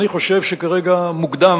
אני חושב שכרגע מוקדם,